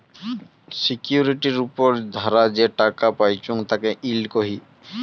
সিকিউরিটির উপর ধারা যে টাকা পাইচুঙ তাকে ইল্ড কহি